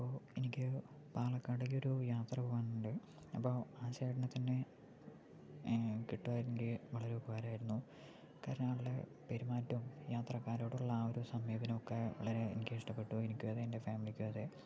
ഇപ്പോൾ എനിക്ക് പാലക്കാടേയ്ക്കൊരു യാത്ര പോകാനുണ്ട് അപ്പോൾ ആ ചേട്ടനെ തന്നെ കിട്ടുമായിരുന്നെങ്കിൽ വളരെ ഉപകാരമായിരുന്നു കാരണം അയാളുടെ പെരുമാറ്റവും യാത്രക്കാരോടുള്ള ആ ഒരു സമീപനവുമൊക്കെ വളരെ എനിക്ക് ഇഷ്ടപ്പെട്ടു എനിക്കും അതെ എൻ്റെ ഫാമിലിക്കും അതെ